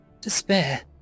Despair